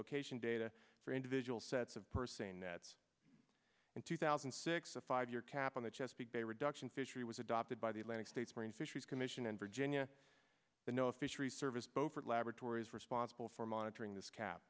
location data for individual sets of person nets in two thousand and six a five year cap on the chesapeake bay reduction fishery was adopted by the atlantic states marine fisheries commission in virginia the no fisheries service beaufort laboratories responsible for monitoring this ca